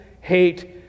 hate